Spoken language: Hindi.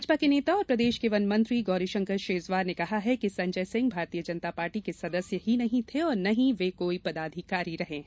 भाजपा के नेता और प्रदेश के वनमंत्री गौरीशंकर शेजवार ने कहा कि संजय सिंह भारतीय जनता पार्टी के सदस्य ही नहीं थे और न ही वे कोई पदाधिकारी रहे हैं